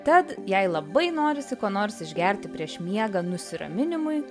tad jei labai norisi ko nors išgerti prieš miegą nusiraminimui